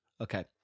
Okay